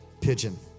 Pigeon